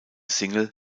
single